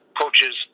coaches